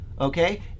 Okay